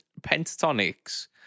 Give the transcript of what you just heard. pentatonics